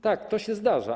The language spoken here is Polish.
Tak, to się zdarza.